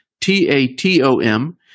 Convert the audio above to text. T-A-T-O-M